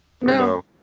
No